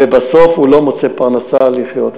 ובסוף הוא לא מוצא פרנסה כדי לחיות,